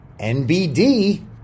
NBD